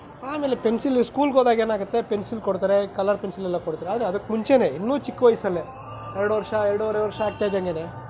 ಆಮೇಲೆ ಪೆನ್ಸಿಲ್ ಸ್ಕೂಲ್ಗೆ ಹೋದಾಗ ಏನಾಗುತ್ತೆ ಪೆನ್ಸಿಲ್ ಕೊಡ್ತಾರೆ ಕಲರ್ ಪೆನ್ಸಿಲ್ ಎಲ್ಲ ಕೊಡ್ತಾರೆ ಆದರೆ ಅದಕ್ಕೆ ಮುಂಚೆನೇ ಇನ್ನು ಚಿಕ್ಕ ವಯಸ್ಸಲ್ಲೇ ಎರಡು ವರ್ಷ ಎರಡೂವರೆ ವರ್ಷ ಆಗ್ತಾಯಿದ್ದಂಗೇನೆ